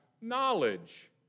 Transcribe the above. knowledge